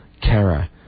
Kara